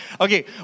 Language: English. Okay